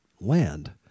land